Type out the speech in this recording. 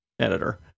editor